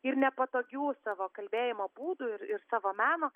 ir nepatogių savo kalbėjimo būdų ir ir savo meno